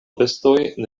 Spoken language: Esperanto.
bestoj